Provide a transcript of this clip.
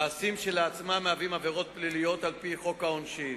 מעשים שכשלעצמם הם עבירות פליליות על-פי חוק העונשין.